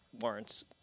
warrants